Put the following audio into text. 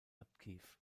aktiv